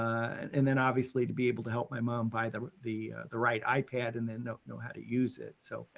and then obviously to be able to help my mom buy the, the the right ipad and then know know how to use it, so, and